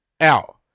out